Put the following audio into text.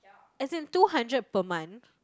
as in two hundred per month